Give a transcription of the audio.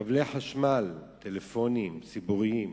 כבלי חשמל, טלפונים ציבוריים,